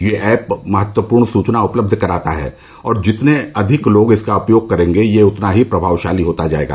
यह ऐप महत्वपूर्ण सूचना उपलब्ध कराता है और जितने अधिक लोग इसका उपयोग करेंगे यह उतना ही प्रभावशाली होता जाएगा